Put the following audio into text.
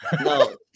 No